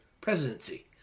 presidency